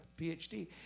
PhD